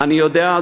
אני יודע,